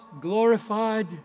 glorified